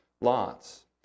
lots